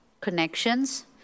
connections